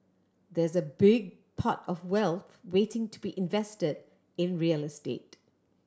there's a big pot of wealth waiting to be invested in real estate